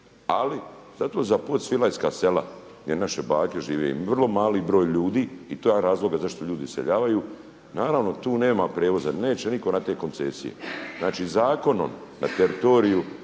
ali zato za podsvilajska sela gdje naše bake žive, vrlo mali broj ljudi i to je jedan od razloga zašto ljudi iseljavaju, naravno tu nema prijevoza jer neće niko na te koncesije. Znači zakonom na teritoriju